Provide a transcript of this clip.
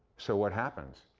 so what happens?